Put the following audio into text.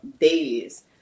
days